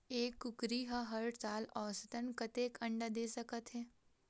एक कुकरी हर साल औसतन कतेक अंडा दे सकत हे?